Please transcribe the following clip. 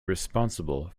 responsible